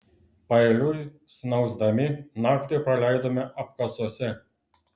paeiliui snausdami naktį praleidome apkasuose